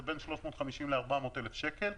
זה בין 350,000 ל-400,000 שקל,